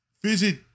visit